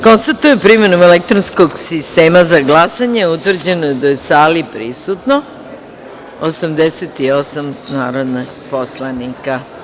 Konstatujem da je primenom elektronskog sistema za glasanje utvrđeno da je u sali prisutno 88 narodnih poslanika.